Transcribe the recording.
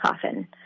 coffin